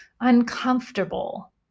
uncomfortable